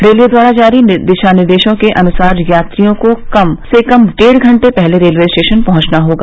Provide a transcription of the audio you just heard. railway द्वारा जारी दिशानिर्देशों के अनुसार यात्रियों को कम से कम डेढ घंटे पहले रेलवे स्टेशन पहुंचना होगा